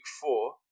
four